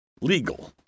legal